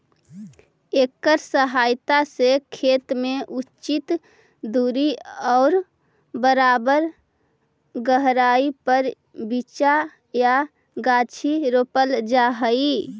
एकर सहायता से खेत में उचित दूरी और बराबर गहराई पर बीचा या गाछी रोपल जा हई